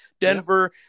Denver